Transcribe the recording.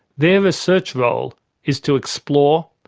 their research role is to explore,